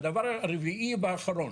והדבר הרביעי והאחרון.